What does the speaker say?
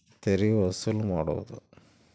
ತೆರಿಗೆ ವಸೂಲು ಮಾಡೋದು